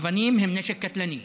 אבנים הן נשק קטלני.